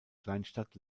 kleinstadt